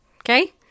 Okay